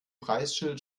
preisschild